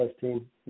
team